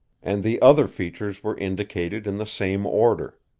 and the other features were indicated in the same order.